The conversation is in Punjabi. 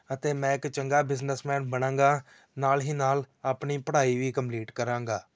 ਅਤੇ ਮੈਂ ਇੱਕ ਚੰਗਾ ਬਿਜ਼ਨਸਮੈਨ ਬਣਾਂਗਾ ਨਾਲ ਹੀ ਨਾਲ ਆਪਣੀ ਪੜ੍ਹਾਈ ਵੀ ਕੰਪਲੀਟ ਕਰਾਂਗਾ